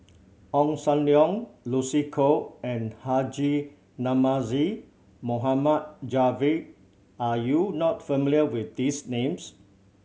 Ong Sam Leong Lucy Koh and Haji Namazie Mohd Javad are you not familiar with these names